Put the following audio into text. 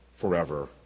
forever